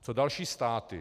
Co další státy?